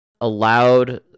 allowed